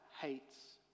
hates